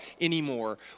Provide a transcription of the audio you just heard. anymore